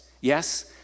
Yes